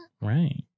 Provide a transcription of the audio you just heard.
Right